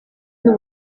n’u